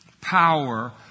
power